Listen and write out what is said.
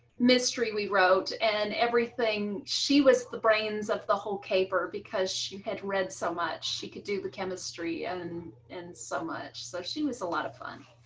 mystery we wrote and everything she was the brains of the whole caper because she had read so much she could do the chemistry and and so much, so she was a lot of fun.